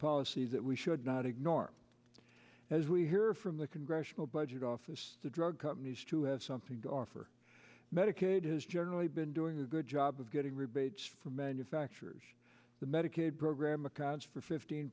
policy that we should not ignore as we hear from the congressional budget office the drug companies to have something to offer medicaid has generally been doing a good job of getting rebates for manufacturers the medicaid program accounts for fifteen